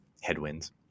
headwinds